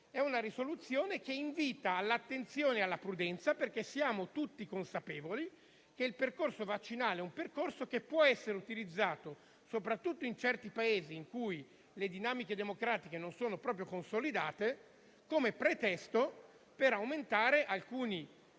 è una risoluzione che invita all'attenzione e alla prudenza. Siamo, infatti, tutti consapevoli che il percorso vaccinale può essere utilizzato, soprattutto in certi Paesi in cui le dinamiche democratiche non sono proprio consolidate, come pretesto per aumentare alcuni strumenti